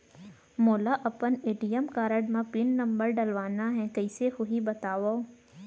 मोला अपन ATM card म पिन नंबर डलवाना हे कइसे होही बतावव?